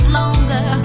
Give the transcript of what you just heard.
longer